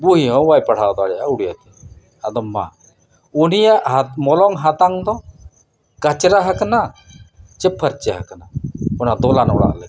ᱱᱩᱭ ᱦᱚᱸ ᱵᱟᱭ ᱯᱟᱲᱦᱟᱣ ᱫᱟᱲᱮᱭᱟᱜᱼᱟ ᱩᱲᱤᱭᱟᱛᱮ ᱟᱫᱚ ᱢᱟ ᱩᱱᱤᱭᱟᱜ ᱦᱟᱛ ᱢᱚᱞᱚᱝ ᱦᱟᱛᱟᱝ ᱫᱚ ᱠᱟᱪᱨᱟ ᱟᱠᱟᱱᱟ ᱪᱮ ᱯᱷᱟᱨᱪᱟ ᱟᱠᱟᱱᱟ ᱚᱱᱟ ᱫᱚᱞᱟᱱ ᱚᱲᱟᱜ ᱞᱮᱠᱟ